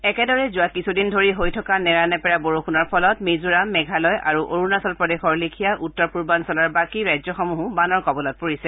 একেদৰে যোৱা কিছুদিন ধৰি হৈ থকা নেৰানেপেৰা বৰষুণৰ ফলত মিজোৰাম মেঘালয় আৰু অৰুণাচল প্ৰদেশৰ লেখিয়া উত্তৰ পূৰ্বাঞ্চলৰ বাকী ৰাজ্যসমূহো বানৰ কবলত পৰিছে